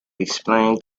explain